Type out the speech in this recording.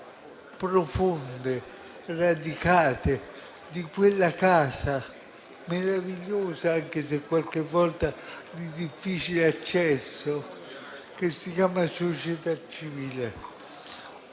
profonde e radicate di quella casa meravigliosa, anche se qualche volta di difficile accesso, che si chiama società civile.